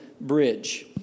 Bridge